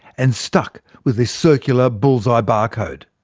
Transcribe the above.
and stuck with the circular bullseye barcode.